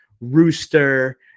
rooster